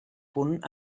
punt